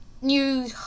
New